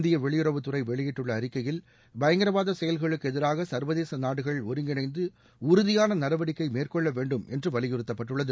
இந்திய வெளியுறவுத்துறை வெளியிட்டுள்ள அறிக்கையில் பயங்கரவாத செயல்களுக்கு எதிராக சர்வதேச நாடுகள் ஒருங்கிணைந்து உறுதியாள நடவடிக்கை மேற்கொள்ள வேண்டும் என்று வலியுறுத்தப்பட்டுள்ளது